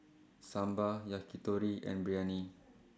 Sambar Yakitori and Biryani